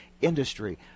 industry